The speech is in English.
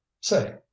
say